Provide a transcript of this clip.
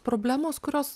problemos kurios